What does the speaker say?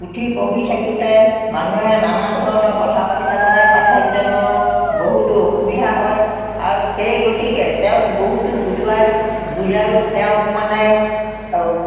পুথি পঢ়ি থাকোঁতে মানুহে নানান ধৰণৰ কথা পাতি থাকোঁতে পাঠকজনৰো বহুতো অসুবিধা হয় আৰু সেই গতিকে তেওঁক বহুতো বুজোৱাই বুজায় তেওঁক মানে